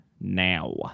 now